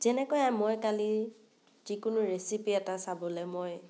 যেনেকৈ মই কালি যিকোনো ৰেচিপি এটা চাবলৈ মই